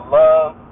love